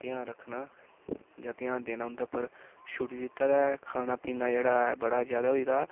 ध्यान रक्खना जां ध्यान देना उंदे उप्पर छुड़ी दित्ता दा ऐ खाना पीना जेह्ड़ा बड़ा ज्यादा होई गेदा